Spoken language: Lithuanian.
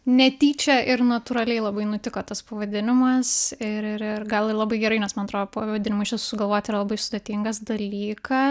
netyčia ir natūraliai labai nutiko tas pavadinimas ir ir ir gal ir labai gerai nes man atro pavadinimą išvis sugalvot yra labai sudėtingas dalyka